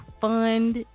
fund